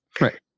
Right